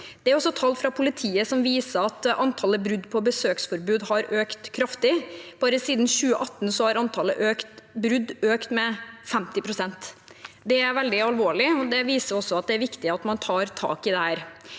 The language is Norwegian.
Det er også tall fra politiet som viser at antall brudd på besøksforbud har økt kraftig. Bare siden 2018 har antall brudd økt med 50 pst. Det er veldig alvorlig, og det viser at det er viktig at man tar tak i dette.